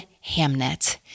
Hamnet